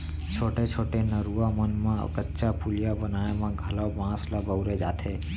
छोटे छोटे नरूवा मन म कच्चा पुलिया बनाए म घलौ बांस ल बउरे जाथे